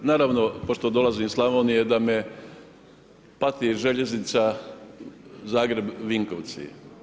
Naravno pošto dolazim iz Slavonije da me pati željeznica Zagreb – Vinkovci.